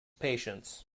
patients